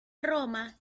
roma